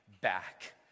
back